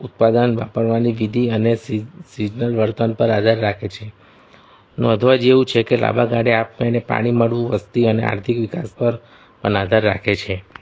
ઉત્પાદન વાપરવાની વિધિ અને સિઝનલ વર્તન પર આધાર રાખે છે નોંધવા જેવું છે કે લાંબા ગાળે આપ મેળે પાણી મળવું વસ્તી અને આર્થિક વિકાસ પર પણ આધાર રાખે છે